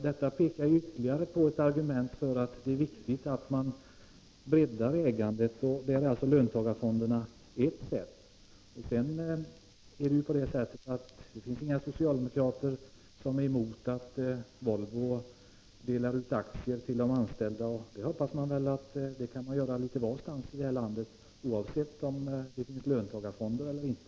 Detta är ytterligare ett argument för att man skall bredda ägandet, och där är löntagarfonderna ett sätt. Inga socialdemokrater är emot att Volvo delar ut aktier till de anställda. Det hoppas jag att man skall göra litet varstans i detta land, oavsett om det finns löntagarfonder eller inte.